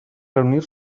reunir